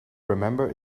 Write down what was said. remember